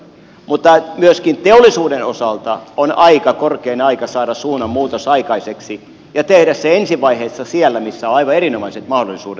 mutta myöskin teollisuuden osalta on aika korkein aika saada suunnanmuutos aikaiseksi ja tehdä se ensi vaiheessa siellä missä on aivan erinomaiset mahdollisuudet